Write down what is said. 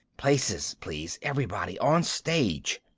places, please, everybody. on stage!